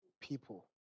people